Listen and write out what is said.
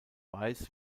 weiß